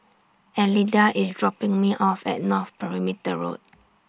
Elida IS dropping Me off At North Perimeter Road